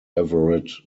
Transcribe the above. everett